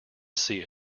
see